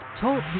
Talk